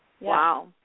Wow